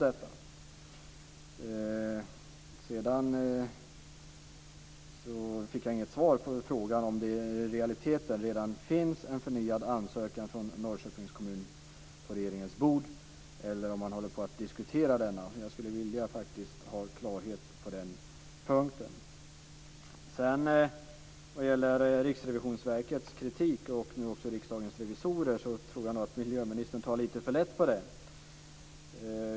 Jag fick inget svar på frågan om det i realiteten redan finns en förnyad ansökan från Norrköpings kommun på regeringens bord eller om man diskuterar denna. Jag skulle faktiskt vilja ha klarhet på den punkten. Vad gäller kritiken från Riksrevisionsverket och nu också från Riksdagens revisorer tror jag nog att miljöministern tar lite för lätt på det.